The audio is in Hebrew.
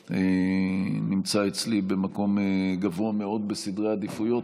ונמצא אצלי במקום גבוה מאוד בסדרי העדיפויות.